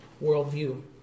worldview